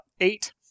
eight